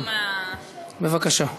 בבקשה.